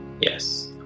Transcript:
yes